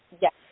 Yes